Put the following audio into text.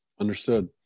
Understood